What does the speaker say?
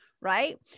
right